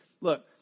look